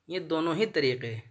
یہ دونوں ہی طریقے